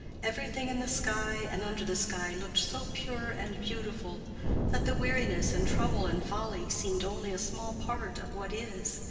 everything in the sky and under the sky looked so pure and beautiful that the weariness and trouble and folly seemed only a small part of what is,